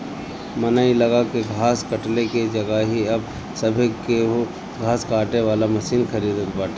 मनई लगा के घास कटले की जगही अब सभे केहू घास काटे वाला मशीन खरीदत बाटे